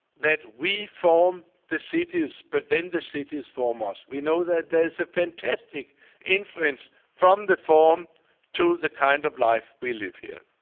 that we form the cities, but then the cities form us. we know that there is a fantastic inference from the form to the kind of life we live here.